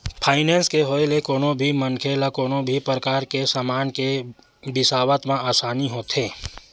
finance के होय ले कोनो भी मनखे ल कोनो भी परकार के समान के बिसावत म आसानी होथे